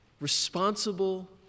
Responsible